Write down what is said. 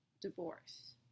divorce